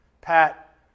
Pat